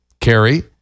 Carrie